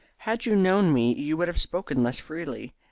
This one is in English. had you known me you would have spoken less freely,